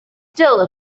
still